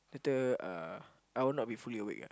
later uh I will not be fully awake ah